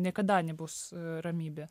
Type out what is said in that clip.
niekada nebus ramybė